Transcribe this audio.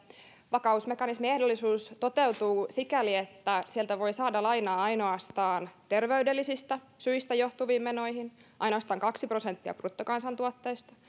vakausmekanismin ehdollisuus toteutuu sikäli että sieltä voi saada lainaa ainoastaan terveydellisistä syistä johtuviin menoihin ainoastaan kaksi prosenttia bruttokansantuotteesta